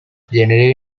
generally